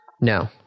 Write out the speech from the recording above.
No